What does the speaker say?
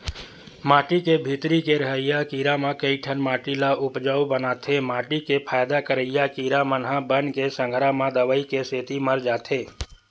माटी के भीतरी के रहइया कीरा म कइठन माटी ल उपजउ बनाथे माटी के फायदा करइया कीरा मन ह बन के संघरा म दवई के सेती मर जाथे